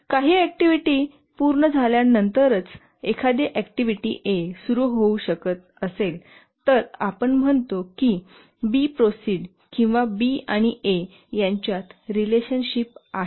काही activity B पूर्ण झाल्यानंतरच जर एखादी ऍक्टिव्हिटी ए सुरू होऊ शकत असेल तर आपण म्हणतो की बी प्रोसिड किंवा बी आणि ए यांच्यात रिलेशनशिप आहे